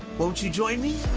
won't you join me?